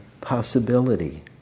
possibility